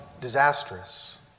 disastrous